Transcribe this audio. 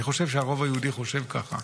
אני חושב שהרוב היהודי חושב ככה.